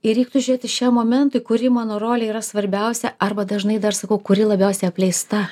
ir reiktų žiūrėti šiam momentui kuri mano rolė yra svarbiausia arba dažnai dar sakau kuri labiausiai apleista